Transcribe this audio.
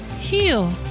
Heal